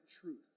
truth